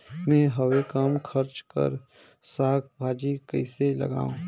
मैं हवे कम खर्च कर साग भाजी कइसे लगाव?